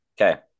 Okay